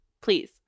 please